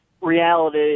reality